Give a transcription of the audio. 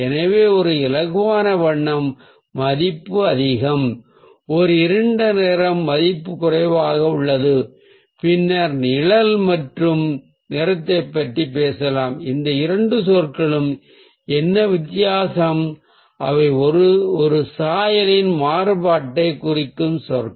எனவே ஒரு இலகுவான வண்ணத்தின் மதிப்பு அதிகம் ஒரு இருண்ட நிறம் மதிப்பு குறைவாக உள்ளது பின்னர் நிழல் மற்றும் நிறத்தைப் பற்றி பேசலாம் இந்த இரண்டு சொற்களுக்கும் என்ன வித்தியாசம் அவை ஒரு சாயலின் மாறுபாட்டைக் குறிக்கும் சொற்கள்